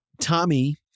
Tommy